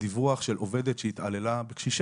לקבל את הנתונים על הדברים שאתם מחויבים?